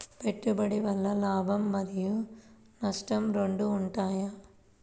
పెట్టుబడి వల్ల లాభం మరియు నష్టం రెండు ఉంటాయా?